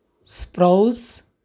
స్ప్రౌస్